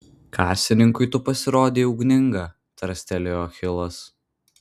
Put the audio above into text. kasininkui tu pasirodei ugninga tarstelėjo achilas